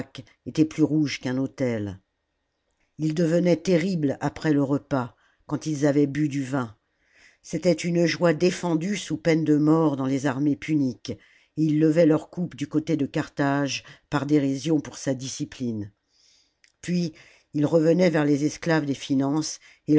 était plus rouge qu'un autel ils devenaient terribles après le repas quand ils avaient bu du vin c'était une joie défendue sous peine de mort dans les armées puniques et ils levaient leur coupe du côté de carthage par dérision pour sa discipline puis ils revenaient vers les esclaves des finances